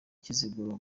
kiziguro